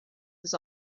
his